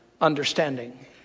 understanding